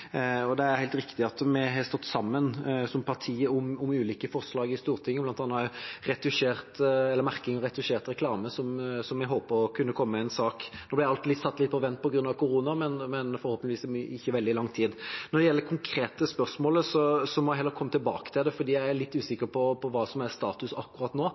Det er helt riktig at vi som partier har stått sammen om ulike forslag i Stortinget – bl.a. om merking av retusjert reklame, som jeg håper å kunne komme med en sak om. Den er satt litt på vent på grunn av korona, men kommer forhåpentligvis om ikke veldig lang tid. Når det gjelder det konkrete spørsmålet, må jeg komme tilbake til det, for jeg er litt usikker på hva som er status akkurat nå.